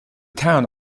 town